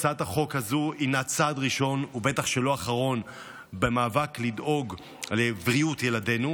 הצעת החוק הזו הינה צעד ראשון ובטח שלא אחרון במאבק על בריאות ילדינו.